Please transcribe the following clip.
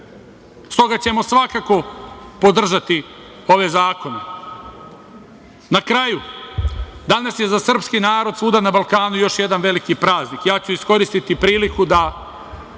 S toga ćemo svakako podržati ove zakone. Na kraju, danas je za srpski narod svuda na Balkanu još jedan veliki praznik. Iskoristiću i priliku, da